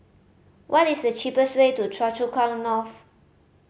what is the cheapest way to Choa Chu Kang North